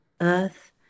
earth